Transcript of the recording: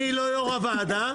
אני לא יו"ר הוועדה,